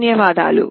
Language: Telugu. ధన్యవాదాలు